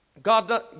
God